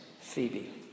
Phoebe